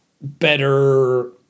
better